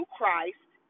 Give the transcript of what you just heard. Christ